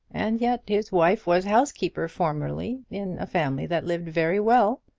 and yet his wife was housekeeper formerly in a family that lived very well!